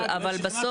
אבל בסוף,